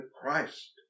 Christ